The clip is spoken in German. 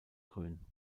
grün